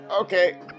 okay